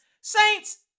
Saints